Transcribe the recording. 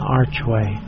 archway